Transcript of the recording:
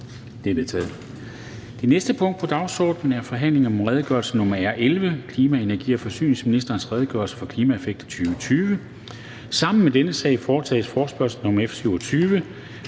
Det næste punkt på dagsordenen er: 42) Forhandling om redegørelse nr. R 11: Klima-, energi- og forsyningsministerens redegørelse for klimaeffekter 2020. (Anmeldelse 16.12.2020. Redegørelse